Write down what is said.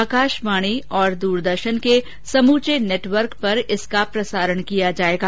आकाशवाणी और दूरदर्शन के समूचे नेटवर्क पर इसका प्रसारण किया जाएगा